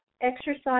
exercise